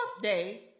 day